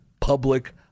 public